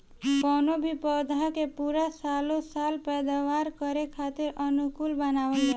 कवनो भी पौधा के पूरा सालो साल पैदावार करे खातीर अनुकूल बनावल जाला